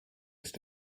ist